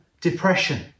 depression